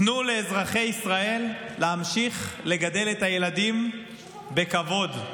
תנו לאזרחי ישראל להמשיך לגדל את הילדים בכבוד,